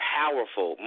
powerful